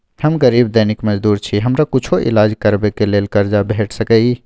हम गरीब दैनिक मजदूर छी, हमरा कुछो ईलाज करबै के लेल कर्जा भेट सकै इ?